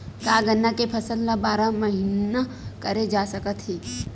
का गन्ना के फसल ल बारह महीन करे जा सकथे?